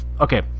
okay